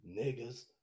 Niggas